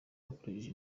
bakoresheje